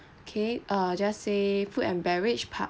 okay uh just say food and beverage part one